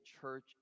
church